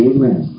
Amen